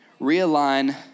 realign